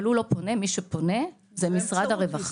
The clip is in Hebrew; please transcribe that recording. אבל הוא לא פונה, מי שפונה זה משרד הרווחה.